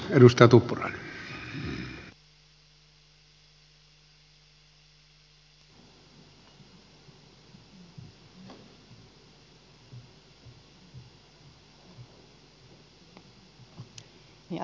arvoisa puhemies